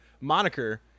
moniker